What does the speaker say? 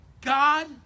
God